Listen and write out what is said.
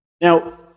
Now